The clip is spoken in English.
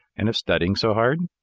and of studying so hard?